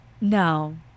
No